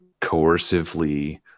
coercively